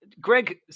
greg